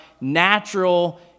natural